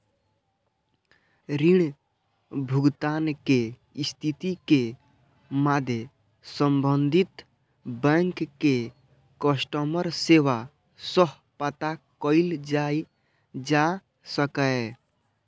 ऋण भुगतान के स्थिति के मादे संबंधित बैंक के कस्टमर सेवा सं पता कैल जा सकैए